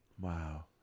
wow